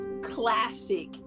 classic